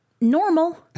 normal